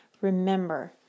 Remember